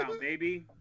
baby